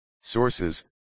Sources